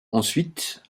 ensuite